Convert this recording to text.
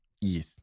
Yes